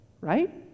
right